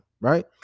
right